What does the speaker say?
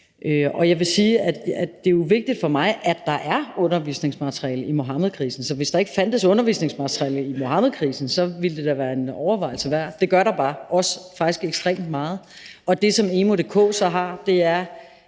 Jeg vil sige, at det jo er vigtigt for mig, at der er undervisningsmateriale i Muhammedkrisen, så hvis der ikke fandtes undervisningsmateriale i Muhammedkrisen, ville det da være en overvejelse værd, men det gør der bare – faktisk også ekstremt meget. Det, som emu.dk så har, er